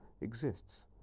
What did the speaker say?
exists